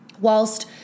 whilst